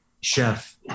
Chef